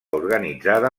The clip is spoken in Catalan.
organitzada